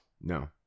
No